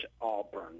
auburn